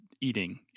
eating